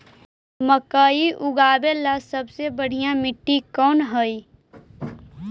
मकई लगावेला सबसे बढ़िया मिट्टी कौन हैइ?